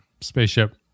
spaceship